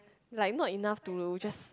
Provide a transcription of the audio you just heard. like not enough to just